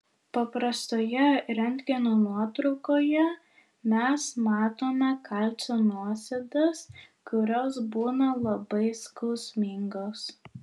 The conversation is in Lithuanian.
paprastoje rentgeno nuotraukoje mes matome kalcio nuosėdas kurios būna labai skausmingos